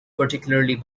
particularly